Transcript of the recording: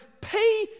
pay